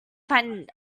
find